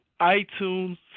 itunes